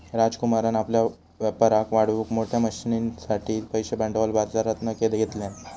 राजकुमारान आपल्या व्यापाराक वाढवूक मोठ्या मशनरींसाठिचे पैशे भांडवल बाजरातना घेतल्यान